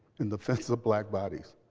in defense of black bodies.